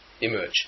emerge